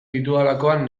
ditudalakoan